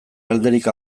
alderik